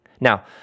Now